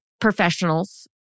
professionals